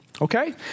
Okay